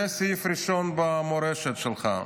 זה סעיף ראשון במורשת שלך.